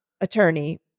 attorney